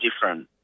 different